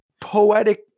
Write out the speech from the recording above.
poetic